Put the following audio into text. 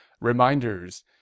Reminders